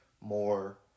more